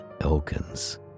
Elkins